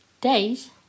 Days